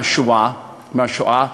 מהשואה,